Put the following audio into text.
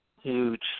huge